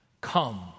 Come